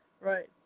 right